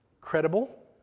Credible